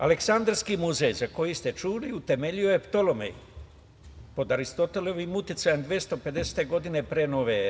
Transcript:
Aleksandarski muzej za koji ste čuli utemeljio je Ptolojem pod Aristotelovim uticajem 250. godine pre nove ere.